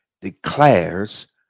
declares